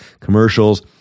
commercials